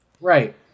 Right